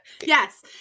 Yes